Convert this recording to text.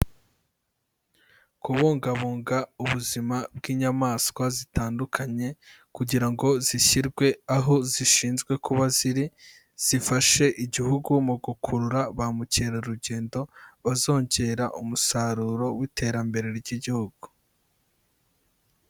Kubungabunga ubuzima bw'inyamaswa zitandukanye kugira ngo zishyirwe aho zishinzwe kuba ziri, zifashe igihugu mu gukurura ba mukerarugendo bazongera umusaruro w'iterambere ry'igihugu.